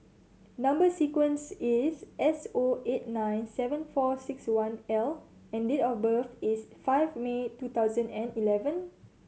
number sequence is S O eight nine seven four six one L and date of birth is five May two thousand and eleven